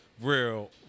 real